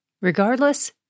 Regardless